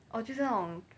哦就是那种